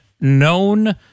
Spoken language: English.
known